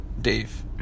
Dave